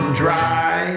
dry